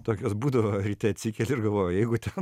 tokios būdavo ryte atsikeli ir galvoji jeigu ten